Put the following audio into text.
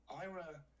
ira